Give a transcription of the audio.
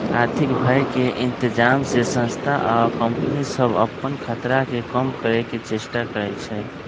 आर्थिक भय के इतजाम से संस्था आ कंपनि सभ अप्पन खतरा के कम करए के चेष्टा करै छै